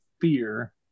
fear